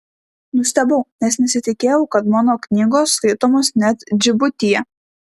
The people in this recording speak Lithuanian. nustebau nes nesitikėjau kad mano knygos skaitomos net džibutyje